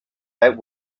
that